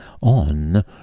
on